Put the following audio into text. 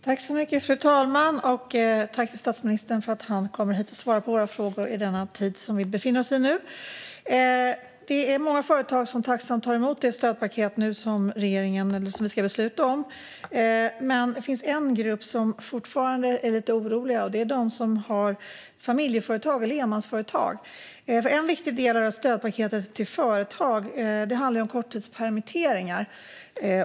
Fru talman! Jag tackar statsministern för att han kommer hit och svarar på våra frågor i den tid som vi nu befinner oss i. Det är många företag som tacksamt tar emot det stödpaket som regeringen ska besluta om. Men det finns en grupp som fortfarande är lite oroliga, och det är de som har familjeföretag eller enmansföretag. En viktig del i stödpaketet till företag handlar om korttidspermitteringar.